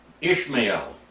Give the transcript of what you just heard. Ishmael